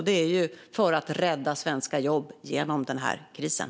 Det är för att rädda svenska jobb genom den här krisen.